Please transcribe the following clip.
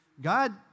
God